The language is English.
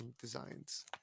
designs